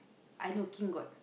I know king got